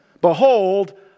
Behold